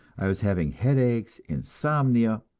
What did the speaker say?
i was having headaches, insomnia,